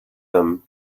them